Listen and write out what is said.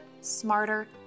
smarter